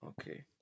Okay